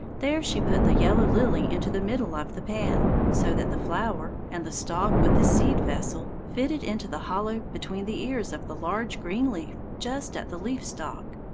there she put the yellow lily into the middle of the pan, so that the flower, and the stalk with the seed-vessel, fitted into the hollow between the ears of the large green leaf just at the leaf-stalk.